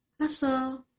hustle